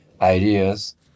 ideas